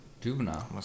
Juvenile